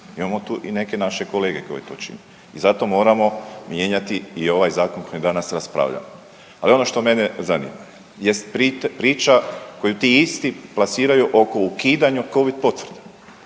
Imamo tu i neke naše kolege koji to čine i zato moramo mijenjati i ovaj zakon o kojem danas raspravljamo. Ali ono što mene zanima jest priča koju ti isti plasiraju oko ukidanja covid potvrda.